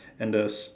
and the